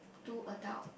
two adult